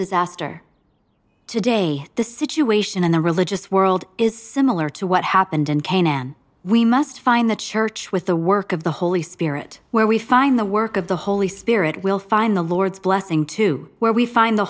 disaster today the situation in the religious world is similar to what happened in cain and we must find the church with the work of the holy spirit where we find the work of the holy spirit will find the lord's blessing to where we find the